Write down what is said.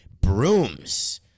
brooms